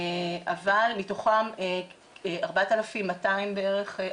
אבל מתוכם 4,000 תלונות בערך.